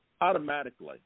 Automatically